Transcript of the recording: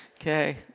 Okay